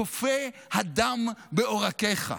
קופא הדם בעורקיך.